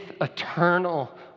eternal